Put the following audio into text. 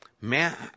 Man